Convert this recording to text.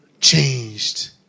changed